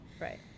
Right